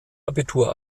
abitur